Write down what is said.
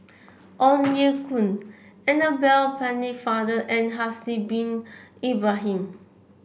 Ong Ye Kung Annabel Pennefather and Haslir Bin Ibrahim